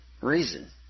reason